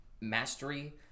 mastery